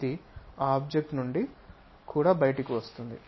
ఇది ఆ ఆబ్జెక్ట్ నుండి కూడా బయటకు వస్తుంది